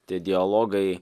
tie dialogai